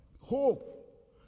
hope